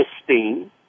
esteem